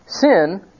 sin